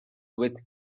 with